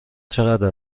چقدر